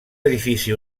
edifici